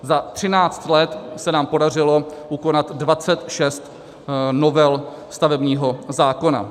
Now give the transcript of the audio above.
Za 13 let se nám podařilo ukovat 26 novel stavebního zákona.